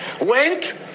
went